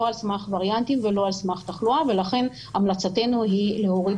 לא על סמך וריאנטים ולא על סמך תחלואה ולכן המלצתנו היא להוריד